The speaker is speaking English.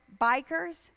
bikers